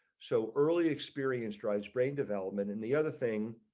so early experience tries brain development in the other thing.